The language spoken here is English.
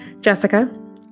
jessica